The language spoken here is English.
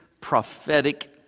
prophetic